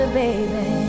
baby